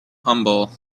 humble